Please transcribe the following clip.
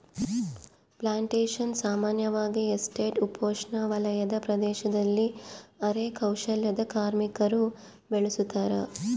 plantations ಸಾಮಾನ್ಯವಾಗಿ estate ಉಪೋಷ್ಣವಲಯದ ಪ್ರದೇಶದಲ್ಲಿ ಅರೆ ಕೌಶಲ್ಯದ ಕಾರ್ಮಿಕರು ಬೆಳುಸತಾರ